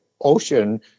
Ocean